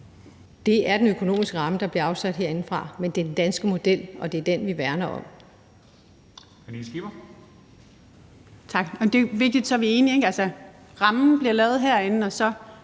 Det er den økonomiske ramme, der bliver afsat herindefra, men det er den danske model, og det er den, vi værner om.